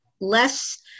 Less